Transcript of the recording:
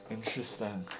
Interesting